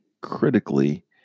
critically